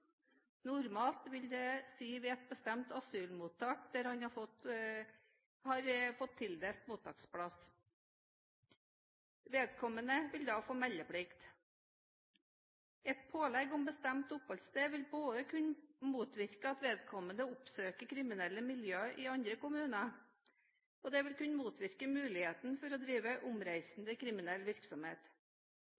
Normalt vil det si ved et bestemt asylmottak der han har fått tildelt mottaksplass. Vedkommende vil da få meldeplikt. Et pålegg om bestemt oppholdssted vil både kunne motvirke at vedkommende oppsøker kriminelle miljøer i andre kommuner, og det vil kunne motvirke muligheten for å drive